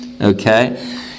Okay